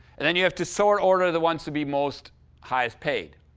and then you have to sort order the ones to be most highest pay.